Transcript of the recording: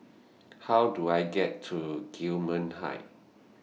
How Do I get to Gillman Heights